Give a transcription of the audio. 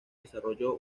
desarrolló